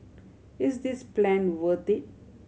is this plan worth it